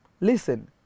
Listen